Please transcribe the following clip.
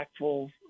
impactful